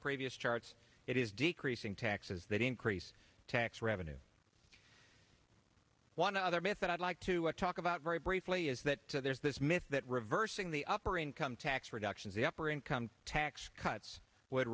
previous charts it is decreasing taxes that increase tax revenues one other myth that i'd like to talk about very briefly is that there's this myth that reversing the upper income tax reductions the upper income tax cuts would